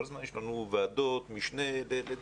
כל הזמן יש לנו ועדות משנה לדברים